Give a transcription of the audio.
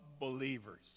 believers